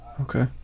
Okay